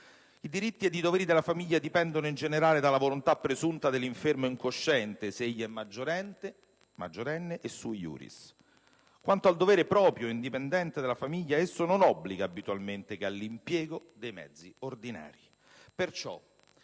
I diritti e i doveri della famiglia dipendono, in generale, dalla volontà presunta dell'infermo incosciente, se egli è maggiorenne e *sui juris*. Quanto al dovere proprio e indipendente della famiglia, esso non obbliga, abitualmente, che all'impiego dei mezzi ordinari.